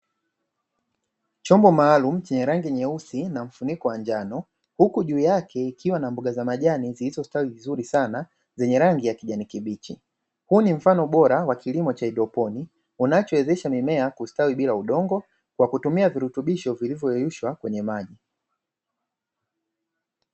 Chombo maalumu chenye rangi nyeusi na mfuniko wa njano, huku juu yake ikiwa na mboga za majani zilizostawi vizuri sana zenye rangi ya kijani kibichi, huu ni mfano bora wa kilimo cha hadroponi unachowezesha mimea kustawi bila udongo kwa kutumia virutubisho vilivyoyeyushwa kwenye maji.